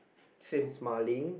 same